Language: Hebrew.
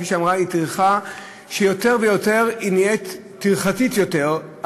היא טרחה שיותר ויותר נהיית טרחתית יותר,